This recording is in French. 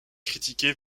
critiqué